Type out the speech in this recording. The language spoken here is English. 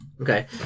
Okay